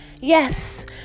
Yes